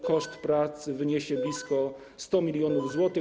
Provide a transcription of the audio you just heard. Koszt prac wyniesie blisko 100 mln zł.